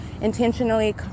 intentionally